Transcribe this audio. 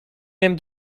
même